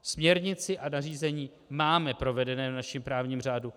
Směrnici a nařízení máme provedené v našem právním řádu.